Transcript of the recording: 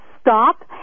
stop